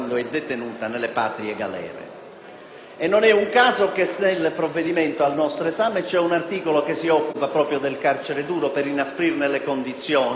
Non è un caso che nel provvedimento al nostro esame vi sia un articolo che si occupa proprio del carcere duro, per inasprirne le condizioni,